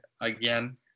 again